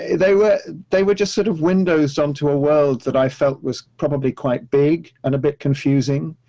they were they were just sort of windows onto a world that i felt was probably quite big and a bit confusing.